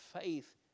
faith